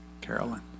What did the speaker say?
Carolyn